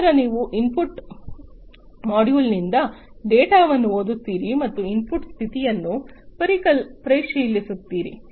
ನಂತರ ನೀವು ಇನ್ಪುಟ್ ಮಾಡ್ಯೂಲ್ನಿಂದ ಡೇಟಾವನ್ನು ಓದುತ್ತೀರಿ ಮತ್ತು ಇನ್ಪುಟ್ ಸ್ಥಿತಿಯನ್ನು ಪರಿಶೀಲಿಸುತ್ತೀರಿ